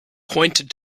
pointed